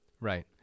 Right